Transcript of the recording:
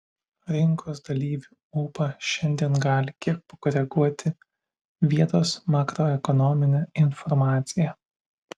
rinkos dalyvių ūpą šiandien gali kiek pakoreguoti vietos makroekonominė informacija